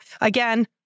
again